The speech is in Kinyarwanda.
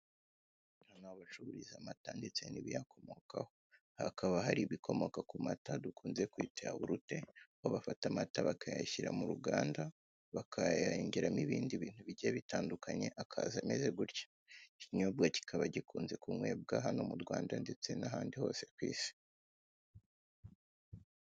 Aha ni aho bacururiza amata ndetse n'ibayakomokaho. Hakaba hari ibikomoka ku mata dukunze kwita yawurute aho bafata amata bakayashyira mu ruganda, bakayongeramo ibindi bintu bigiye bitandukanye akaza ameze gutya. Iki kinyobwa kikaba gikunzwe kunyobwa hano mu Rwanda ndetse n'ahandi hantu hagiye hatandukanye ku Isi.